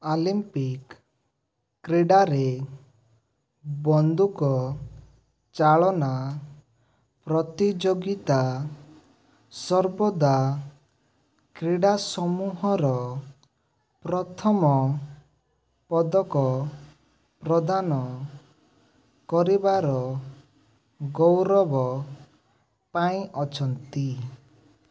Olympics କ୍ରୀଡ଼ାରେ ବନ୍ଧୁକଚାଳନା ପ୍ରତିଯୋଗିତା ସର୍ବଦା କ୍ରୀଡ଼ାସମୂହର ପ୍ରଥମ ପଦକ ପ୍ରଦାନ କରିବାର ଗୌରବ ପାଇ ଅଛନ୍ତି